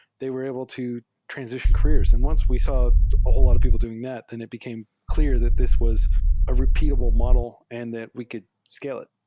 they were able to transition careers. and once we saw a whole lot of people doing that, then it became clear that this was a repeatab le model and that we could scale it.